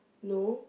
no